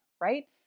right